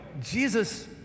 jesus